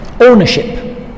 ownership